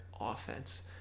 offense